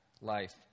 life